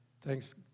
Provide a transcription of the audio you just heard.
thanks